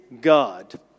God